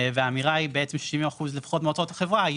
והאמירה היא בעצם 70% לפחות מהוצאות החברה,